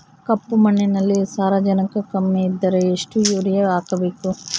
ಕಪ್ಪು ಮಣ್ಣಿನಲ್ಲಿ ಸಾರಜನಕ ಕಮ್ಮಿ ಇದ್ದರೆ ಎಷ್ಟು ಯೂರಿಯಾ ಹಾಕಬೇಕು?